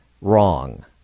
Wrong